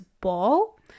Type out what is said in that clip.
Ball